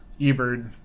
eBird